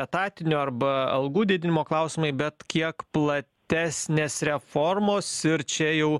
etatinio arba algų didinimo klausimai bet kiek platesnės reformos ir čia jau